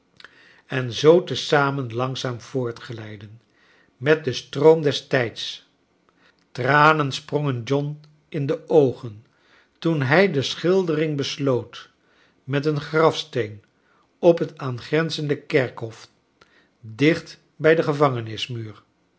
en zoo te zamen langzaam voortglijden met den stroom des tijds tranen sprongen john in de oogen toen hij de schildering besloot met een grafsteen op het aangrenzende kerkhof dicht bij den